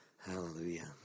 Hallelujah